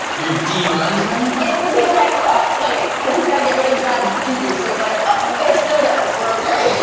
you that diamond it's the thing of like yeah like he's got to get rid of the bad juju so he's like ah they're still there. we're okay